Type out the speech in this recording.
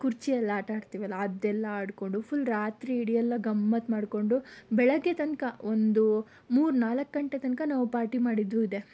ಕುರ್ಚಿಯಲ್ಲಿ ಆಟ ಆಡ್ತೀವಲ್ಲ ಅದೆಲ್ಲ ಆಡಿಕೊಂಡು ಫುಲ್ ರಾತ್ರಿ ಇಡಿಯೆಲ್ಲ ಗಮ್ಮತ್ತು ಮಾಡಿಕೊಂಡು ಬೆಳಗ್ಗೆ ತನಕ ಒಂದು ಮೂರು ನಾಲ್ಕು ಗಂಟೆ ತನಕ ನಾವು ಪಾರ್ಟಿ ಮಾಡಿದ್ದೂ ಇದೆ